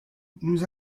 nous